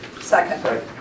Second